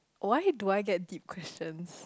why do I get deep questions